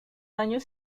años